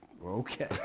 Okay